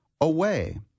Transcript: away